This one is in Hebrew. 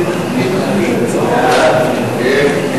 סעיפים 1 11